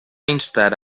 instar